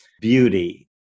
beauty